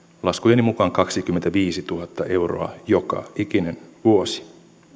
laskujeni mukaan kaksikymmentäviisituhatta euroa joka ikinen vuosi